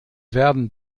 werden